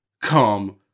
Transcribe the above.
come